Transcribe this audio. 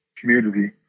community